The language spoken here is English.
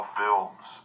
films